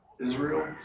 Israel